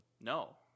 No